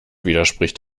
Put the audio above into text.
widerspricht